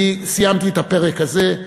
אני סיימתי את הפרק הזה.